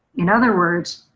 in other words,